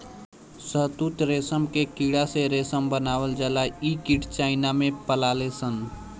शहतूत रेशम के कीड़ा से रेशम बनावल जाला इ कीट चाइना में पलाले सन